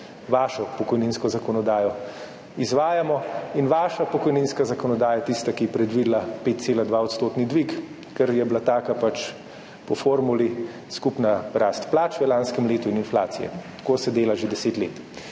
vašo pokojninsko zakonodajo in vaša pokojninska zakonodaja je tista, ki je predvidela 5,2-odstotni dvig, ker je bila taka pač po formuli skupna rast plač v lanskem letu in inflacije. Tako se dela že deset let.